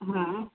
हां